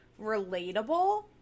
relatable